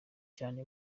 cyane